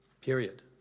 Period